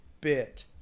bit